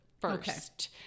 first